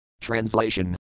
Translation